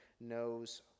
knows